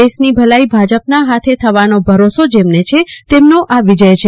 દેશની ભલાઈ ભાજપના હાથે થવાનો ભરોસો જેમને છે તેમનો વિજય છે